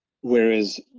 whereas